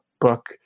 book